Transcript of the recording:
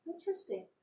Interesting